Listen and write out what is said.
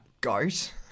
goat